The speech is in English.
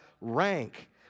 rank